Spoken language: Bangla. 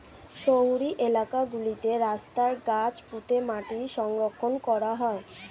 শহুরে এলাকা গুলোতে রাস্তায় গাছ পুঁতে মাটি সংরক্ষণ করা হয়